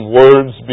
words